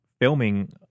filming